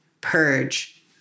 purge